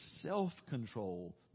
Self-control